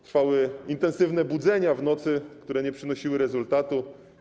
Trwały intensywne próby budzenia w nocy, które nie przynosiły rezultatu.